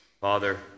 Father